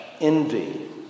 envy